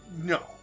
No